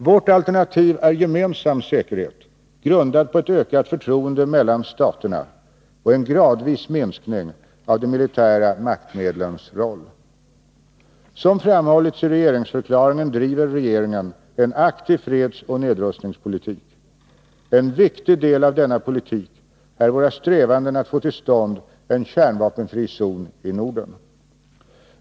Vårt alternativ är gemensam säkerhet grundad på ett ökat förtroende mellan staterna och en gradvis minskning av de militära maktmedlens roll. Som framhållits i regeringsförklaringen driver regeringen en aktiv fredsoch nedrustningspolitik. En viktig del av denna politik är våra strävanden att få till stånd en kärnvapenfri zon i Norden.